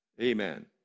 Amen